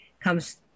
comes